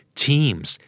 teams